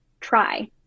try